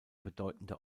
bedeutende